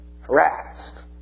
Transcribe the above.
Harassed